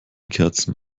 kerzen